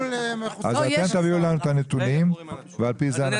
אז אתם תביאו לנו את הנתונים ועל פי זה אנחנו